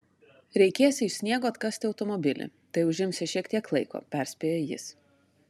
reikėsią iš sniego atkasti automobilį tai užimsią šiek tiek laiko perspėjo jis